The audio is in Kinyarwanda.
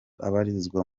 abarizwa